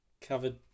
Covered